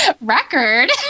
record